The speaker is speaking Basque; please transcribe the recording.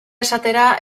esatera